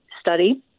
study